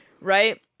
Right